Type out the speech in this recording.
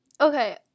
okay